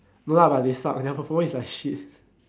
no lah but they suck their performance is like shit